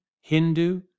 Hindu